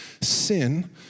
sin